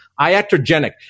iatrogenic